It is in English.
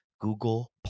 Google+